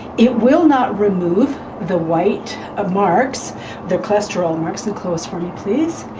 it will not remove the white ah marks the cholesterol marks. and close for me please.